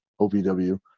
OVW